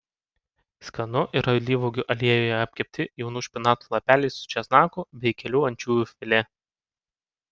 skanu ir alyvuogių aliejuje apkepti jaunų špinatų lapeliai su česnaku bei kelių ančiuvių filė